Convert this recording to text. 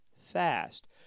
fast